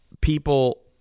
People